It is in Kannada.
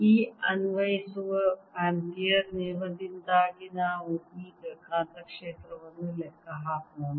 ಈ ಅನ್ವಯಿಸುವ ಆಂಪಿಯರ್ ನಿಯಮದಿಂದಾಗಿ ನಾವು ಈಗ ಕಾಂತಕ್ಷೇತ್ರವನ್ನು ಲೆಕ್ಕ ಹಾಕೋಣ